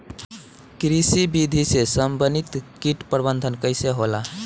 कृषि विधि से समन्वित कीट प्रबंधन कइसे होला?